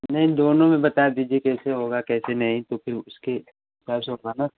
नहीं दोनों में बता दीजिए कैसे होगा कैसे नहीं तो फिर उसके से होगा ना